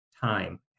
time